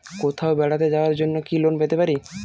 কোথাও বেড়াতে যাওয়ার জন্য কি লোন পেতে পারি?